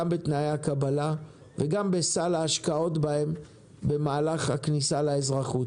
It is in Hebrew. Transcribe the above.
גם בתנאי הקבלה וגם בסל ההשקעות בהם במהלך הכניסה לאזרחות.